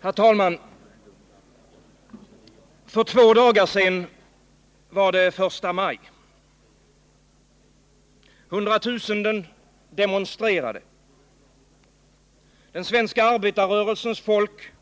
Herr talman! För två dagar sedan var det första maj. Hundratusenden demonstrerade. Den svenska arbetarrörelsens folk